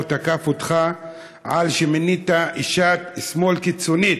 תקף אותך על שמינית אשת שמאל קיצונית,